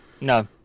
No